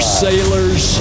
sailors